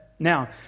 Now